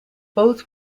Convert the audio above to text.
both